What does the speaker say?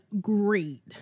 great